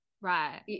right